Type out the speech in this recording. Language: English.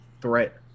threat